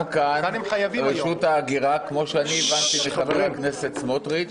רשות ההגירה כמו שאני הבנתי מחבר הכנסת סמוטריץ',